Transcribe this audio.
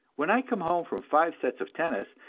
when i come home from five sets of tennis,